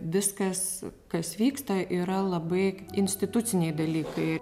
viskas kas vyksta yra labai instituciniai dalykai